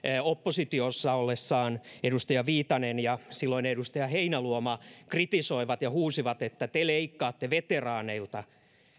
oppositiossa ollessaan edustaja viitanen ja silloinen edustaja heinäluoma kritisoivat ja huusivat että te leikkaatte veteraaneilta